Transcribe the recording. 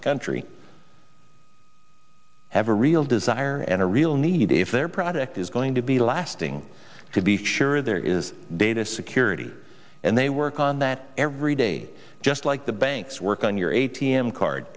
the country have a real desire and a real need if their product is going to be lasting to be sure there is data security and they work on that every day just like the banks work on your a t m card